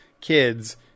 kids